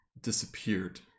disappeared